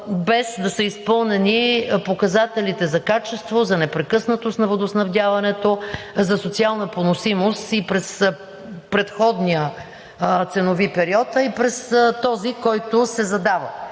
без да са изпълнени показателите за качество, за непрекъснатост на водоснабдяването, за социална поносимост и през предходния ценови период, а и през този, който се задава?